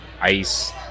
ice